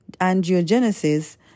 angiogenesis